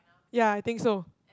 ya I think so